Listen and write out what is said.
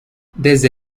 desde